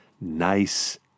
nice